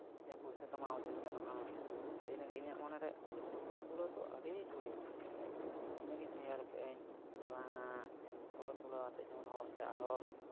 ᱤᱧᱟᱹᱜ ᱯᱩᱭᱥᱟᱹ ᱠᱟᱢᱟᱣ ᱦᱚᱸᱛᱤᱧ ᱜᱟᱱᱚᱜᱼᱟ ᱟᱫᱚ ᱤᱱᱟᱹᱜᱮ ᱤᱧᱟᱹᱜ ᱢᱚᱱᱮᱨᱮ ᱯᱷᱚᱴᱳ ᱛᱩᱞᱟᱹᱣ ᱫᱚ ᱟᱹᱰᱤ ᱡᱳᱨᱤᱧ ᱠᱩᱥᱤᱭᱟᱜᱼᱟᱹᱧ ᱤᱱᱟᱹᱜᱤᱧ ᱩᱭᱦᱟᱹᱨᱟᱠᱟᱫᱟᱹᱧ ᱡᱮ ᱵᱟᱝᱼᱟ ᱤᱧ ᱯᱷᱚᱴᱳ ᱛᱩᱞᱟᱹᱣ ᱠᱟᱛᱮᱫ ᱡᱮᱢᱚᱱ ᱦᱚᱲ ᱠᱚ ᱟᱨᱚ